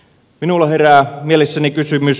minulla herää mielessäni kysymys